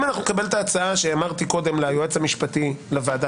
אם אנחנו נקבל את ההצעה שביקשתי מקודם מהיועץ המשפטי לוועדה